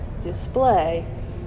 display